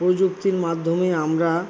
প্রযুক্তির মাধ্যমে আমরা